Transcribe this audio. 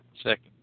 second